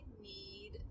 need